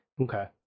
Okay